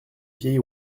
vieille